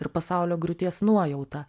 ir pasaulio griūties nuojautą